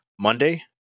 Monday